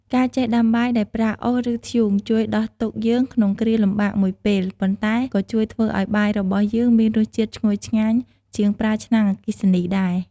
ការចេះដាំបាយដោយប្រើអុស ឬ ធ្យូងជួយដោះទុក្ខយើងក្នុងគ្រាលំបាកមួយពេល ប៉ុន្តែក៏ជួយធ្វើឱ្យបាយរបស់យើងមានរសជាតិឈ្ងុយឆ្ងាញ់ជាងប្រើឆ្នាំងអគ្គីសនីដែរ។